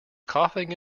coughing